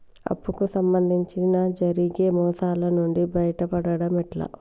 అప్పు కు సంబంధించి జరిగే మోసాలు నుండి బయటపడడం ఎట్లా?